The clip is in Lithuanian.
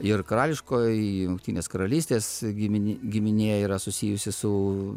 ir karališkoji jungtinės karalystės gimini giminė yra susijusi su